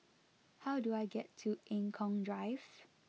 how do I get to Eng Kong Drive